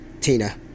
Tina